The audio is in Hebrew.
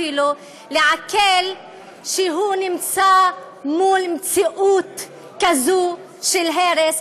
לעכל שהוא נמצא מול מציאות כזאץ של הרס,